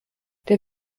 der